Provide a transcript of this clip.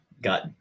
got